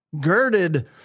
Girded